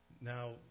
Now